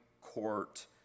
court